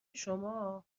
شما